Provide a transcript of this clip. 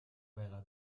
байгаа